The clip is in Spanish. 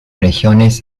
regiones